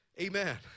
Amen